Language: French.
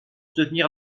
soutenir